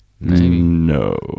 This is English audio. No